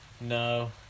No